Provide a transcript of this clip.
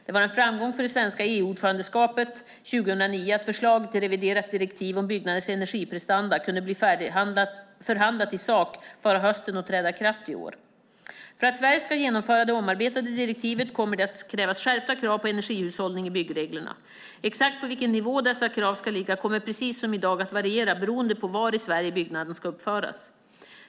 Det var en framgång för det svenska EU-ordförandeskapet 2009 att förslaget till reviderat direktiv om byggnaders energiprestanda kunde bli färdigförhandlat i sak förra hösten och träda i kraft i år. För att Sverige ska genomföra det omarbetade direktivet kommer det att krävas skärpta krav på energihushållning i byggreglerna. Exakt på vilken nivå dessa krav ska ligga kommer precis som i dag att variera beroende på var i Sverige byggnaden ska uppföras.